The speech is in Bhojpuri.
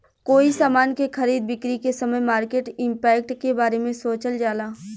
कोई समान के खरीद बिक्री के समय मार्केट इंपैक्ट के बारे सोचल जाला